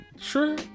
Sure